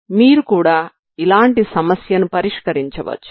కాబట్టి మీరు కూడా ఇలాంటి సమస్యను పరిష్కరించవచ్చు